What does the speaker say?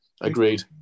Agreed